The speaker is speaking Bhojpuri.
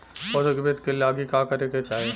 पौधों की वृद्धि के लागी का करे के चाहीं?